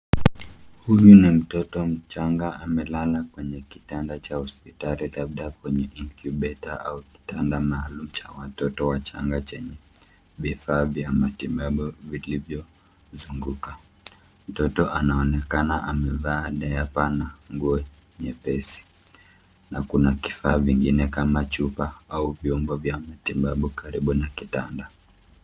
Huyu ni mtoto mchanga amelala kwenye kitanda cha hospitali labda kwenye incubator au kitanda maalum cha watoto wachanga chenye vifaa vya matibabu vilivyozunguka. Mtoto anaonekana amevaa diaper na nguo nyepesi na kuna kifaa vingine kama chupa au vyombo vya matibabu karibu na kitanda.